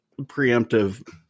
preemptive